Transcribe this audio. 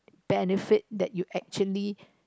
benefit that you actually